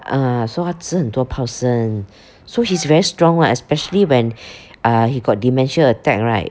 ah so 他吃很多泡参 so he's very strong lah especially when uh he got dementia attack right